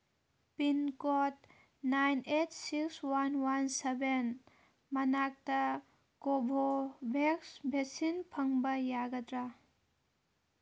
pin code nine eight six one one seven ꯃꯅꯥꯛꯇ Covovax vaccine ꯐꯪꯕ ꯌꯥꯒꯗ꯭ꯔꯥ